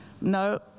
no